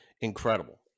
incredible